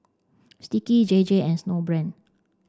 Sticky J J and Snowbrand